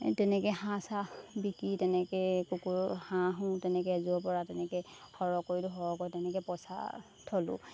তেনেকৈ হাঁহ চাহ বিকি তেনেকৈ কুকুৰা হাঁহো তেনেকৈ এযোৰৰ পৰা তেনেকৈ সৰহ কৰিলোঁ সৰহ কৰি তেনেকৈ পইচা থ'লোঁ